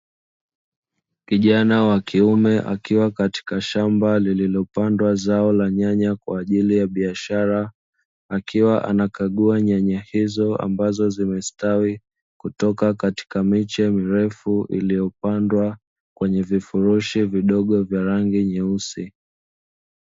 Kijana wa kiume akiwa katika shamba lililopandwa zao la nyanya kwa ajili ya biashara, akiwa anakagua nyanya hizo ambazo zimestawi kutoka katika miche mirefu iliyopandwa kwenye vifirushi vidogo vya rangi nyeusi.